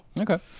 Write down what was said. Okay